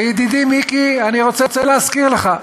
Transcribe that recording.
וידידי מיקי, אני רוצה להזכיר לך,